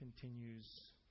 continues